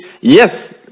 yes